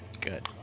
Good